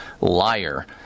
liar